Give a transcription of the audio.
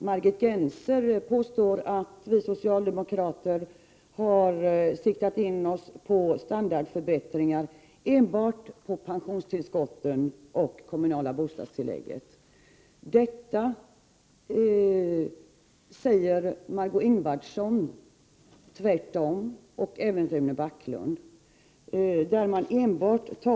Margit Gennser påstår att vi socialdemokrater siktat in oss på standardförbättringar enbart avseende pensionstillskotten och de kommunala bostadstilläggen. Margö Ingvardsson och Rune Backlund säger tvärtom.